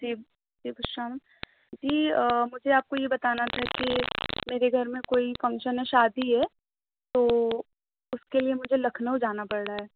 جی اہتشام جی مجھے آپ کو یہ بتانا تھا کہ میرے گھر میں کوئی فنکشن ہے شادی ہے تو اس کے لیے مجھے لکھنؤ جانا پڑ رہا ہے